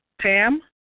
Pam